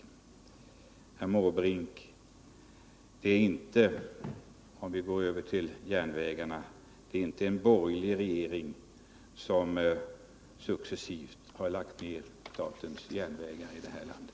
Till herr Måbrink: Det är inte — om jag går över till järnvägarna — en borgerlig regering som successivt lagt ner statens järnvägar i det här landet.